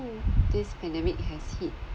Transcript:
this pandemic has hit